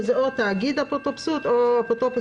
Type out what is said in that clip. שזה או תאגיד אפוטרופסות או אפוטרופוס